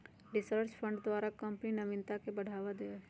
research fund द्वारा company नविनता के बढ़ावा दे हइ